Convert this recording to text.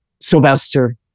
Sylvester